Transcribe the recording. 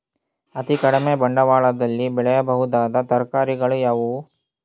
ಅತೀ ಕಡಿಮೆ ಬಂಡವಾಳದಲ್ಲಿ ಬೆಳೆಯಬಹುದಾದ ತರಕಾರಿಗಳು ಯಾವುವು?